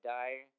die